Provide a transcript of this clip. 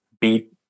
beat